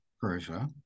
Persia